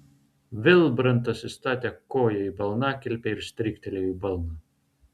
vilbrantas įstatė koją į balnakilpę ir stryktelėjo į balną